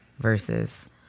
Versus